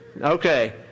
Okay